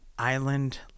Island